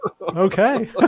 Okay